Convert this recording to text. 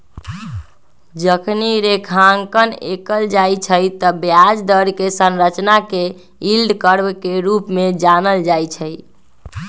जखनी रेखांकन कएल जाइ छइ तऽ ब्याज दर कें संरचना के यील्ड कर्व के रूप में जानल जाइ छइ